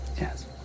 yes